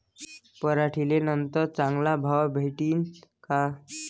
पराटीले नंतर चांगला भाव भेटीन का?